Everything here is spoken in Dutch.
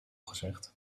gezegd